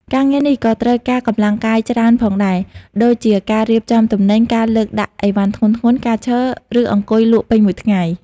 ការងារនេះក៏ត្រូវការកម្លាំងកាយច្រើនផងដែរ ដូចជាការរៀបចំទំនិញ ការលើកដាក់អីវ៉ាន់ធ្ងន់ៗ ការឈរ ឬអង្គុយលក់ពេញមួយថ្ងៃ។